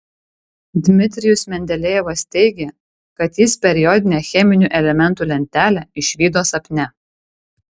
dmitrijus mendelejevas teigė kad jis periodinę cheminių elementų lentelę išvydo sapne